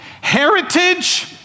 heritage